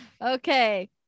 Okay